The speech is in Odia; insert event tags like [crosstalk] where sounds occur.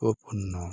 [unintelligible]